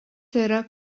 yra